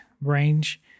range